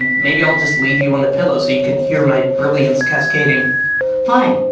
and maybe i'll just leave you on the pillow so you can hear my brilliance cascading fine.